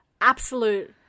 absolute